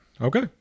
Okay